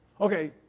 Okay